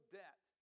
debt